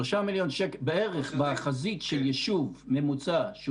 בערך חזית של יישוב ממוצע,